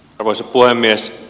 arvoisa puhemies